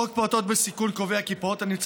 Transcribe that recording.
חוק פעוטות בסיכון קובע כי פעוט הנמצא